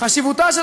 חשיבותה של